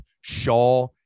Shaw